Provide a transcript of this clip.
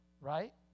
right